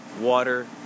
water